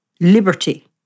liberty